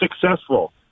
successful